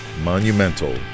monumental